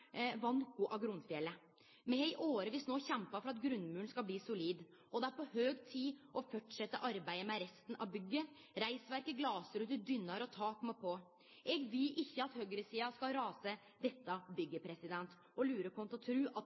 er noko av grunnfjellet. Me har no i årevis kjempa for at grunnmuren skal bli solid, og det er på høg tid å fortsetje arbeidet med resten av bygget – reisverket, glasruter, dører og tak skal på. Eg vil ikkje at høgresida skal rasere dette bygget og lure oss til å tru at